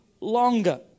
longer